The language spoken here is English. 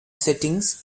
settings